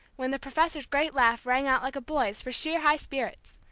when the professor's great laugh rang out like a boy's for sheer high spirits,